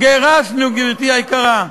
גברתי היקרה.